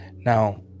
now